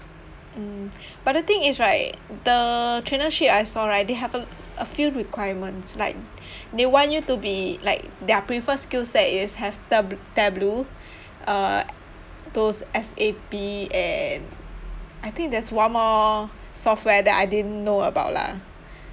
mm but the thing is right the trainership I saw right they have a a few requirements like they want you to be like their preferred skill set is have ta~ Tableau uh those S_A_P and I think there's one more software that I didn't know about lah